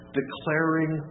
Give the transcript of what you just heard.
declaring